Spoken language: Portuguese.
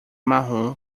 marrom